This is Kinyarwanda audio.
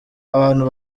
abantu